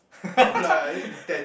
no lah inten~